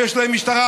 יש להם משטרה,